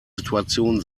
situation